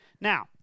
Now